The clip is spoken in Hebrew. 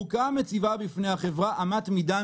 לא יתקיים כאן דיון אמיתי,